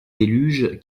déluge